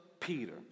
Peter